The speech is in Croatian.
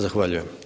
Zahvaljujem.